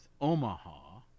Omaha